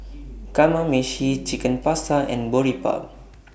Kamameshi Chicken Pasta and Boribap